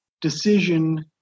decision